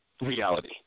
reality